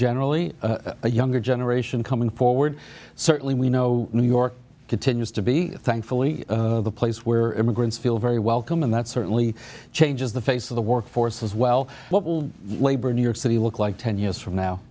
generally a younger generation coming forward certainly we know new york continues to be thankfully the place where immigrants feel very welcome and that certainly changes the face of the workforce as well what will labor new york city look like ten years from now